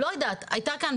היתה כאן,